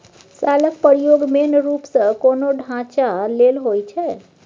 शालक प्रयोग मेन रुप सँ कोनो ढांचा लेल होइ छै